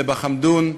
לבחמדון,